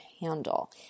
handle